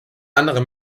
anderem